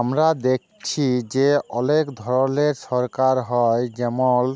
আমরা দ্যাইখছি যে অলেক ধরলের সরকার হ্যয় যেমল